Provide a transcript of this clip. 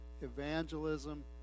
evangelism